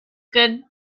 good